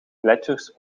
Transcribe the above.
gletsjers